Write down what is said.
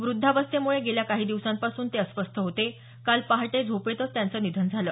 व्रद्धावस्थेमुळे गेल्या काही दिवसांपासून ते अस्वस्थ होते काल पहाटे झोपेतच त्यांचं निधन झालं